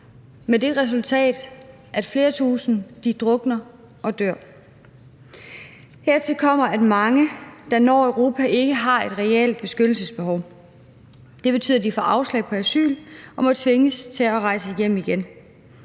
med det resultat, at flere tusinde drukner og dør. Hertil kommer, at mange, der når Europa, ikke har et reelt beskyttelsesbehov. Det betyder, at de får afslag på asyl og må tvinges til at rejse hjem igen.